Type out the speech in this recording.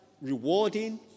rewarding